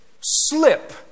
slip